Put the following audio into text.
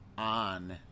On